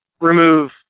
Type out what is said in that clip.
remove